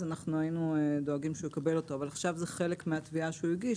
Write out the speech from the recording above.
היינו דואגים שהוא יקבל אותו אבל עכשיו זה חלק מהתביעה שהוא הגיש.